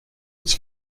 its